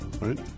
right